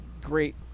great